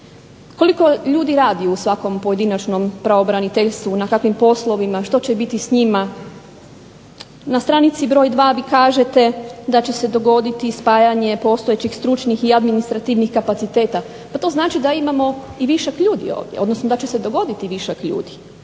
Koliko ljudi radi u svakom pojedinačnom pravobraniteljstvu, na kakvim poslovima, što će biti s njima. Na stranici broj dva vi kažete da će se dogoditi spajanje postojećih stručnih i administrativnih kapaciteta. Pa to znači da imamo i višak ljudi ovdje, odnosno da će se dogoditi višak ljudi.